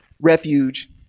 refuge